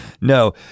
No